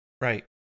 Right